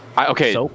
Okay